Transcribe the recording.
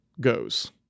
goes